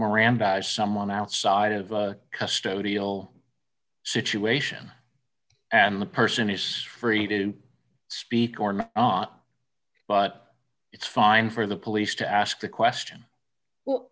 mirandize someone outside of custody ill situation and the person is free to speak or not but it's fine for the police to ask the question well